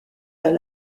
vers